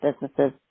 businesses